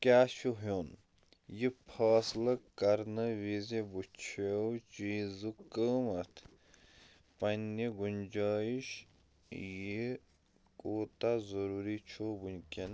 کیٛاہ چھُ ہیوٚن، یہِ فٲصلہٕ کرنہٕ وِزِ وٕچھِو چیٖزُک قۭمتھ ، پنٕنہِ گُنجٲیش، یہِ كوٗتاہ ضروٗری چھُ وٕنكٮ۪ن